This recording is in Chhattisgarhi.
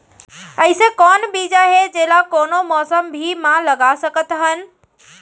अइसे कौन बीज हे, जेला कोनो मौसम भी मा लगा सकत हन?